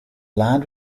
land